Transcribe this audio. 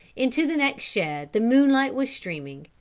into the next shed the moonlight was streaming,